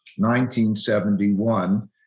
1971